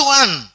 one